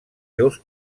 seus